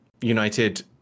united